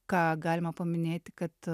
ką galima paminėti kad